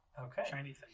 Okay